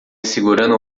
segurando